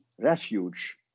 refuge